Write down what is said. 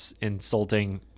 insulting